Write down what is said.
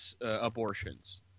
abortions